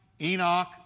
Enoch